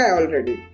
already